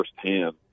firsthand